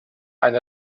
ein